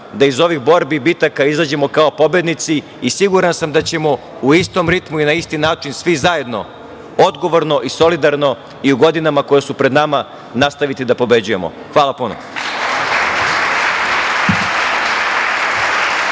da iz ovih borbi i bitaka izađemo kao pobednici i siguran sam da ćemo u istom ritmu i na isti način svi zajedno odgovorno i solidarno i u godinama koje su pred nama nastaviti da pobeđujemo. Hvala puno.